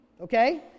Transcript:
Okay